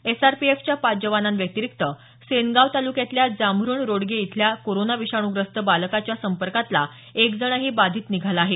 एसआरपीएफच्या पाच जवानांव्यतिरिक्त सेनगाव तालुक्यातल्या जांभरुण रोडगे इथल्या कोरोना विषाणूग्रस्त बालकाच्या संपर्कातला एक जणही बाधित निघाला आहे